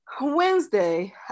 wednesday